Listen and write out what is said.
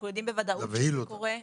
אנחנו יודעים בוודאות שזה קורה,